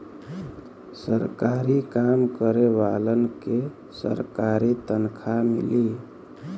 सरकारी काम करे वालन के सरकारी तनखा मिली